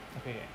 okay